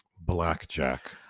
Blackjack